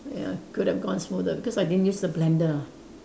ya could have gone smoother because I didn't use the blender